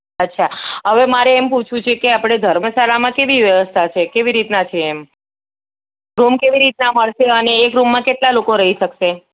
અચ્છા હવે અમે મારે પૂછવું છે કે આપણે ધર્મશાળામાં કેવી વ્યવસ્થા છે કેવી રીતના છે એમ રૂમ કેવી રીતના મળશે અને એક રૂમમાં કેટલા લોકો રહી શકશે